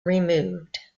removed